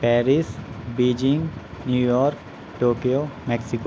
Paris Beijing New York Tokyo Mexico